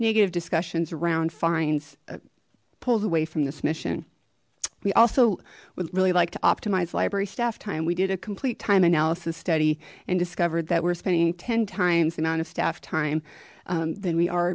negative discussions around fines pulls away from this mission we also would really like to optimize library staff time we did a complete time analysis study and discovered that we're spending ten times and on a staff time than we are